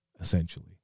essentially